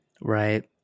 Right